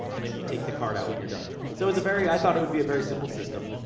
and then you take the card out when you're done. so, it was a very. i thought it would be a very simple system.